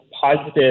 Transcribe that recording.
positive